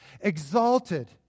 exalted